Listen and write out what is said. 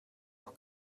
auch